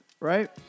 right